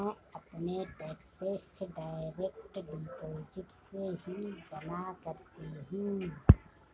मैं अपने taxes direct deposit से ही जमा करती हूँ